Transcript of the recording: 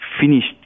finished